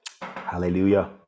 Hallelujah